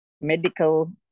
medical